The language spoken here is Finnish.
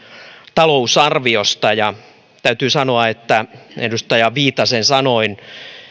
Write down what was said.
talousarviosta ja täytyy sanoa että edustaja viitasen sanoin